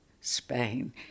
Spain